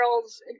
girls